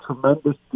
tremendous